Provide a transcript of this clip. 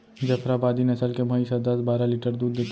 जफराबादी नसल के भईंस ह दस बारा लीटर दूद देथे